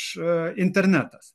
š internetas